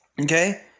Okay